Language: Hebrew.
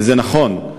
וזה נכון,